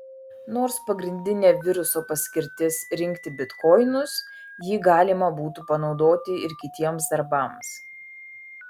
nors pagrindinė viruso paskirtis rinkti bitkoinus jį galima būtų panaudoti ir kitiems darbams